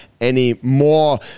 anymore